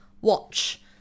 watch